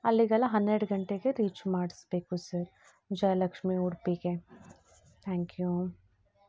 ಅಲ್ಲಿಗೆಲ್ಲ ಹನ್ನೆರಡು ಗಂಟೆಗೆ ರೀಚ್ ಮಾಡಿಸ್ಬೇಕು ಸರ್ ಜಯಲಕ್ಷ್ಮಿ ಉಡುಪಿಗೆ ಥ್ಯಾಂಕ್ ಯು